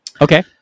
Okay